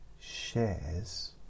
Shares